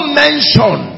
mention